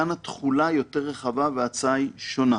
כאן התחולה היא יותר רחבה וההצעה היא שונה.